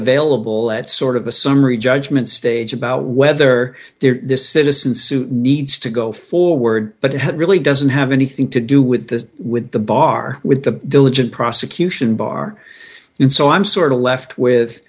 available at sort of a summary judgment stage about whether the citizen suit needs to go forward but it really doesn't have anything to do with this with the bar with the diligent prosecution bar and so i'm sort of left with